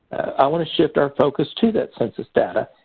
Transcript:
i want to shift our focus to this census data,